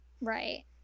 right